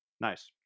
Nice